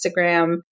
Instagram